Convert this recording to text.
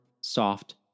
soft